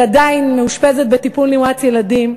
שעדיין מאושפזת בטיפול נמרץ ילדים,